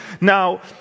Now